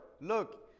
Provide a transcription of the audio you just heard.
Look